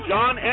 John